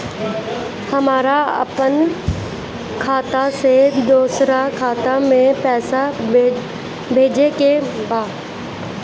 हमरा आपन खाता से दोसरा खाता में पइसा भेजे के बा